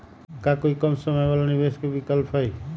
का कोई कम समय वाला निवेस के विकल्प हई?